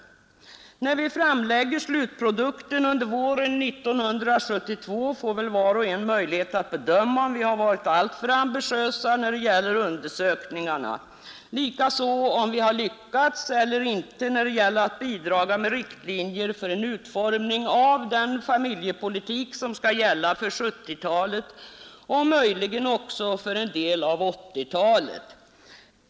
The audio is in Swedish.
När vi framlägger slutprodukten under våren 1972 får var och en möjlighet att bedöma, om vi har varit alltför ambitiösa i våra undersökningar, likaså om vi har lyckats bidraga med riktlinjer för en utformning av den familjepolitik som skall gälla för 1970-talet och möjligen också för en del av 1980-talet.